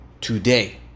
Today